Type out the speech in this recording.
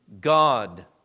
God